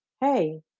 hey